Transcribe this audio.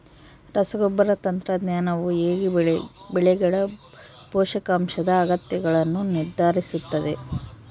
ರಸಗೊಬ್ಬರ ತಂತ್ರಜ್ಞಾನವು ಹೇಗೆ ಬೆಳೆಗಳ ಪೋಷಕಾಂಶದ ಅಗತ್ಯಗಳನ್ನು ನಿರ್ಧರಿಸುತ್ತದೆ?